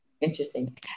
Interesting